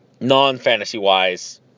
non-fantasy-wise